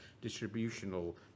distributional